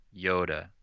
Yoda